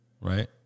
Right